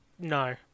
No